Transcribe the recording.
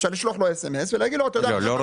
אפשר לשלוח לו אס.אמ.אס ולהגיד לו --- לא,